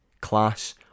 class